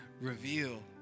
reveal